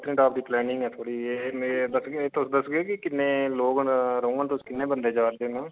अच्छा पत्नीटाप दी प्लैनिंग ऐ में दस्सगे तुस दस्सगे कि किन्ने लोग न रौह्न तुस किन्ने बंदे जा'रदे न